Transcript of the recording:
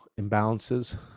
imbalances